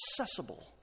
accessible